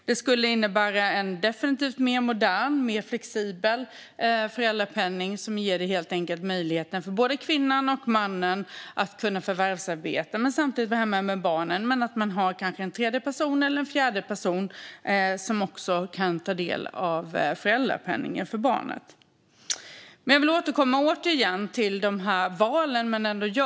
Det skulle innebära en definitivt mer modern och flexibel föräldrapenning. Det ger helt enkelt möjligheten för både kvinnan och mannen att kunna förvärvsarbeta och samtidigt vara hemma med barnen. Man har kanske en tredje person eller en fjärde person som också kan ta del av föräldrapenningen för barnet. Jag vill återkomma till valen som människor ändå gör.